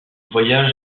voyage